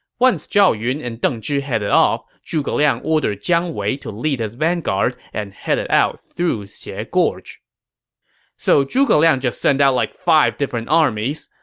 once zhao yun and deng zhi headed off, zhuge liang ordered jiang wei to lead his vanguard and head out through xie ah gorge so zhuge liang just sent out like five different armies.